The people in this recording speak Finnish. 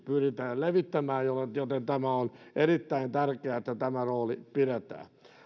pyritään levittämään joten joten on erittäin tärkeää että tämä rooli pidetään